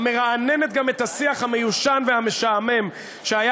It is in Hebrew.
המרעננת גם את השיח המיושן והמשעמם שהיה